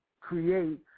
create